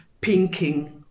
pinking